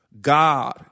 God